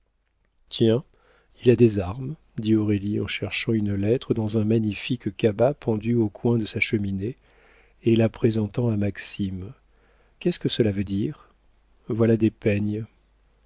tiens il a des armes dit aurélie en cherchant une lettre dans un magnifique cabas pendu au coin de sa cheminée et la présentant à maxime qu'est-ce que cela veut dire voilà des peignes